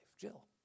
Jill